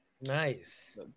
Nice